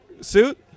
suit